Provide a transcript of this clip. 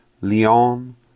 Lyon